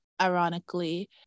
ironically